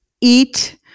eat